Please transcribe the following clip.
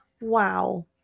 wow